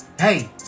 hey